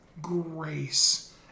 grace